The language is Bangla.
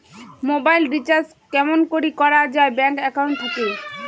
মোবাইল রিচার্জ কেমন করি করা যায় ব্যাংক একাউন্ট থাকি?